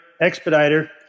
expediter